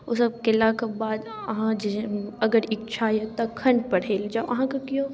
ओसब कएलाके बाद अहाँ जे अगर इच्छा अइ तखन पढ़ैलए जाउ अहाँके केओ